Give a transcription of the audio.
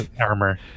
armor